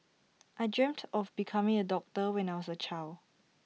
I dreamt of becoming A doctor when I was A child